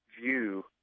view